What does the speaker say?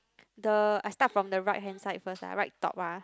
the I start from the right hand side first ah right top ah